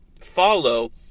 follow